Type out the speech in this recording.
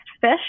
FISH